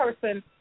person